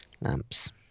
lamps